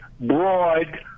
broad